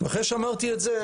אחרי שאמרתי את זה,